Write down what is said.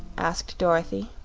asked dorothy.